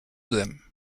them